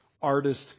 artist